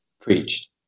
preached